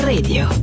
Radio